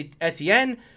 Etienne